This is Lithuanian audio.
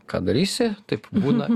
ką darysi taip būna